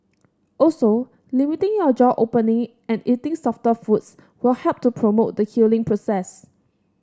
also limiting your jaw opening and eating softer foods will help to promote the healing process